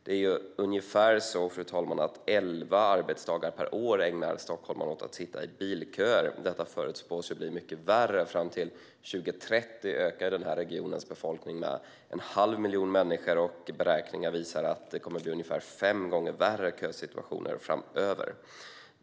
Det är ungefär så att stockholmarna ägnar elva dagar per år åt att sitta i bilköer. Detta förutspås bli mycket värre. Fram till 2030 ökar regionens befolkning med en halv miljon människor. Beräkningar visar att det kommer att bli ungefär fem gånger värre kösituationer framöver.